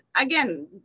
again